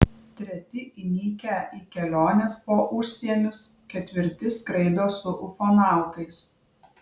treti įnikę į keliones po užsienius ketvirti skraido su ufonautais